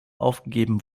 aufgegeben